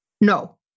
No